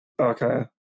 okay